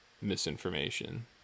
misinformation